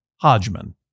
Hodgman